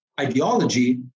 ideology